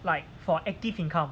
like for active income